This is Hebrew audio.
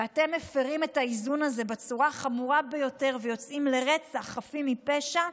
ואתם מפירים את האיזון הזה בצורה חמורה ביותר ויוצאים לרצח חפים מפשע,